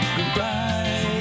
Goodbye